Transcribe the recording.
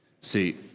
See